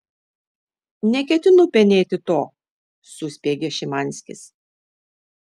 neketinu penėti to suspiegė šimanskis